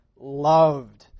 loved